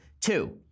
Two